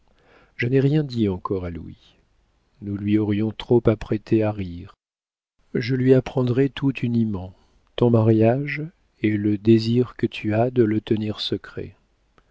je n'ai rien dit encore à louis nous lui aurions trop apprêté à rire je lui apprendrai tout uniment ton mariage et le désir que tu as de le tenir secret